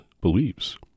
believes